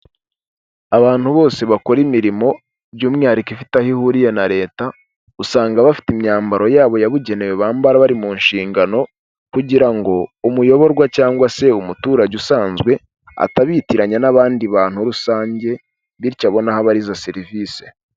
Abantu bose bakora imirimo, by'umwihariko ifite aho ihuriye na leta, usanga bafite imyambaro yabo yabugenewe bambara bari mu nshingano, kugira ngo umuyoborwa cyangwa se umuturage usanzwe, atabitiranya n'abandi bantu rusange, bityo abone aho aba izo serivisi.